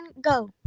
go